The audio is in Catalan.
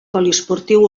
poliesportiu